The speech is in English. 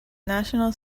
national